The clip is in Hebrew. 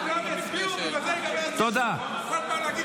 אנחנו עוברים להצבעה על חוק